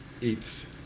eats